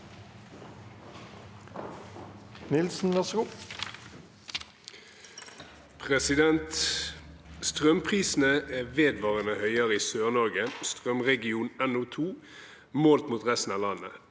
«Strømprise- ne er vedvarende høyere i Sør-Norge, strømregion NO2, målt mot resten av landet.